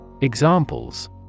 Examples